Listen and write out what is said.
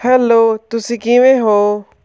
hello ਤੁਸੀ ਕਿਵੇਂ ਹੋ